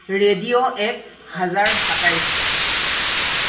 radio এক হাজাৰ সাতাইছ